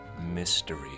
mystery